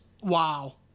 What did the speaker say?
wow